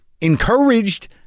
encouraged